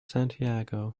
santiago